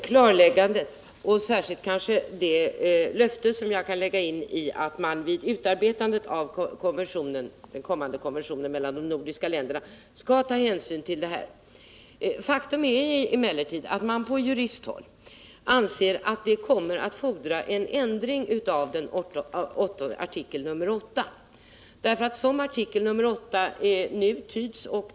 Enligt uppgifter i massmedia planerar Sverige att exportera s.k. civila patrullbåtar till flera stater kring Persiska viken, bl.a. till Oman, där det finns en organiserad befrielserörelse . En sådan försäljning måste anses klart strida mot riksdagens beslut om vapenexport.